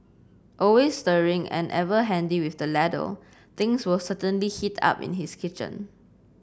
always stirring and ever handy with the ladle things will certainly heat up in his kitchen